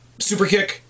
Superkick